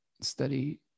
study